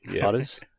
butters